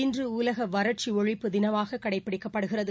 இன்று உலக வறட்சி ஒழிப்பு தினம் கடைபிடிக்கப்படுகிறது